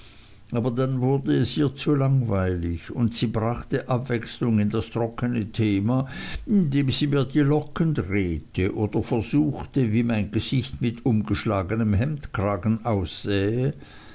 aber dann wurde es ihr zu langweilig und sie brachte abwechslung in das trockne thema indem sie mir die locken drehte oder versuchte wie mein gesicht mit umgeschlagnem hemdkragen aussähe